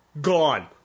Gone